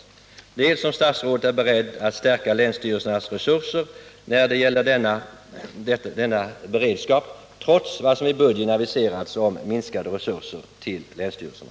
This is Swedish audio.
Dels vill jag fråga om statsrådet är beredd att stärka länsstyrelsernas resurser när det gäller denna beredskap, trots vad som i budgeten aviserats om minskade medel till länsstyrelserna.